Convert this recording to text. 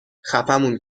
خفهمون